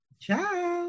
ciao